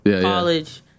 college